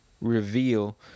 reveal